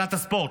מבחינת הספורט,